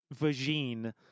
vagine